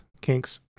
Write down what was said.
Kinks